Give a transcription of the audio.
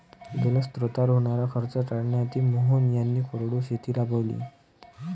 जलस्रोतांवर होणारा खर्च टाळण्यासाठी मोहन यांनी कोरडवाहू शेती राबवली